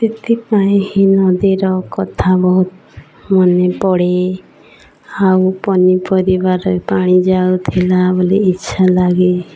ସେଥିପାଇଁ ହିଁ ନଦୀର କଥା ବହୁତ ମନେ ପଡ଼େ ଆଉ ପନିପରିବାର ପାଣି ଯାଉଥିଲା ବୋଲି ଇଚ୍ଛା ଲାଗେ